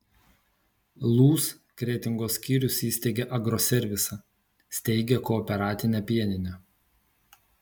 lūs kretingos skyrius įsteigė agroservisą steigia kooperatinę pieninę